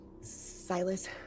Silas